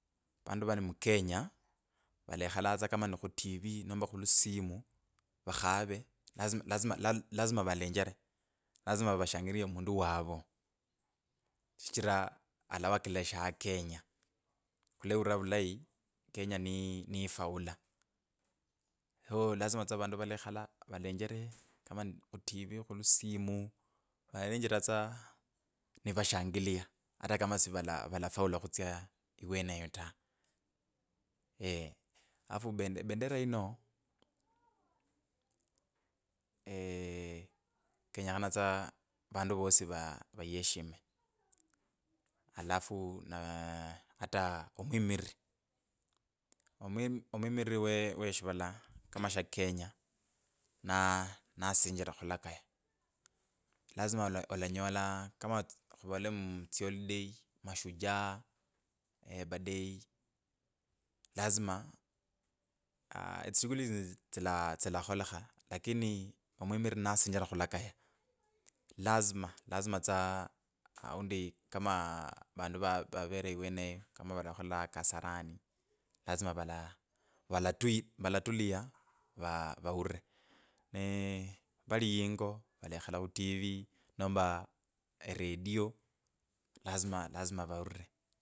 Vandu vali mukenya valekha tsa kama nikhutivi nomba khulusimu, vakhava lazi lazi la- la lazima valenjere, lazima vashangilie mundu wavo shichira alawakilisha kenya khuleurira vulayi kenya ni nifaulu, so lazima tsa vandu valekhala valenjere kama ni khitivi, khulusimu valalenjera tsa nivashangilia ata kama savala valafaulu kutsya iweneye ta, eeeh alafu bendera yino kenyekhana tsa vandu vosi va vaisheme alafu na ne ata omwimiriri, omwimiriri we- we shivala kama shya kenya na nasinjira khulakaya lazima alanyola kama khuvole mutsiholiday kama mashujaa labor day lazima aa tsishughuli tsila tsilakholekha lakini omwimiriri nasinjira khulakaya lazima lazima tsa aundi kama vandu varere iweneyo, kama valatulia va vaulire nee vali yingo valekhala khitivi nomba eredio lazima lazima vaulire.